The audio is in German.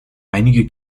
einige